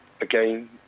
Again